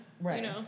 Right